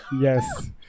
yes